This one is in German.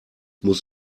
muss